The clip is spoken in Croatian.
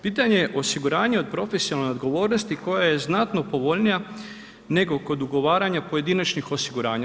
Pitanje osiguranja od profesionalne odgovornosti koja je znatno povoljnija nego kod ugovaranja pojedinačnih osiguranja.